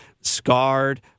scarred